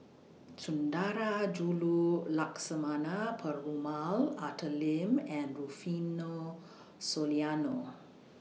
Sundarajulu Lakshmana Perumal Arthur Lim and Rufino Soliano